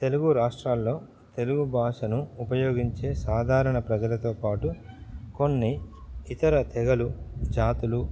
తెలుగు రాష్ట్రాలలో తెలుగు భాషను ఉపయోగించే సాధారణ ప్రజలతో పాటు కొన్ని ఇతర తెగలు జాతులు